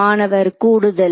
மாணவர் கூடுதல்